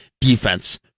defense